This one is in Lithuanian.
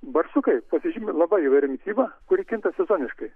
barsukai pasižymi labai įvairia mityba kuri kinta sezoniškai